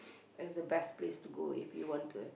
where's the best place to go if you want to have